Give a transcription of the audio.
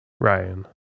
Ryan